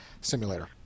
simulator